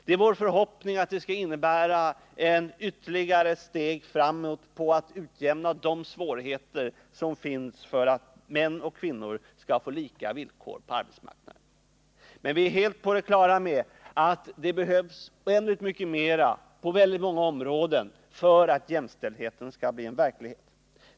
Det är vår förhoppning att det skall innebära ett ytterligare steg framåt i strävandena att utjämna de svårigheter som finns för att män och kvinnor skall få lika villkor på arbetsmarknaden. Men vi är helt på det klara med att det behövs oändligt mycket mer på många områden för att jämställdheten skall bli verklighet.